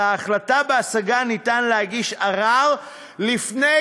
על ההחלטה בהשגה אפשר להגיש ערר לפני